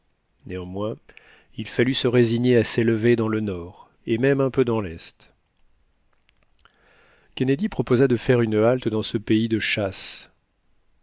néanmoins il fallut se résigner à s'élever dans le nord et même un peu dans lest kennedy proposa dé faire une halte dans ce pays de chasse